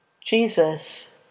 Jesus